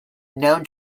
known